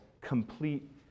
complete